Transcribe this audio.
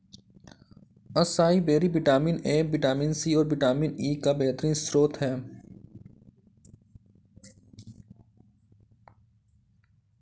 acai berry vitamin A, vitamin C, और vitamin E का बेहतरीन स्त्रोत है